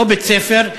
לא בית-ספר,